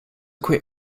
quit